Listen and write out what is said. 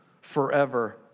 forever